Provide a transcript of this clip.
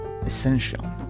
essential